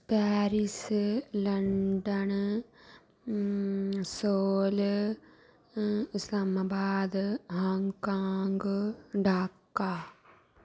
Paris London Seoul Islamabad Hong Kong Dhaka